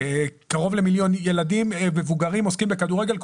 קרוב למיליון ילדים ומבוגרים עוסקים בכדורגל,